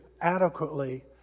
adequately